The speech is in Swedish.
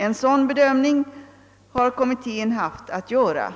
En sådan bedömning har kommittén haft att göra